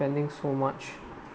spending so much